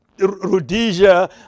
rhodesia